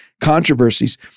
controversies